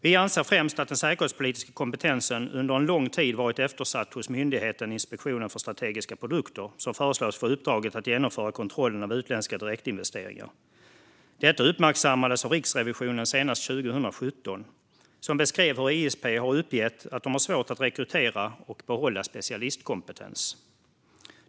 Vi anser främst att den säkerhetspolitiska kompetensen under en lång tid varit eftersatt hos myndigheten Inspektionen för strategiska produkter, som föreslås få uppdraget att genomföra kontrollen av utländska direktinvesteringar. Detta uppmärksammades senast 2017 av Riksrevisionen, som beskrev hur ISP har uppgett att de har svårt att rekrytera och behålla specialistkompetens.